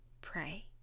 pray